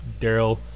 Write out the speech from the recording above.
Daryl